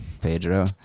Pedro